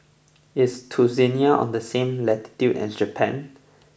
is Tunisia on the same latitude as Japan